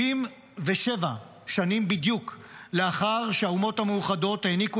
77 שנים בדיוק לאחר שהאומות המאוחדות העניקו